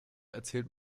erzählt